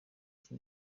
iki